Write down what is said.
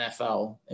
NFL